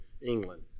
England